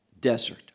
desert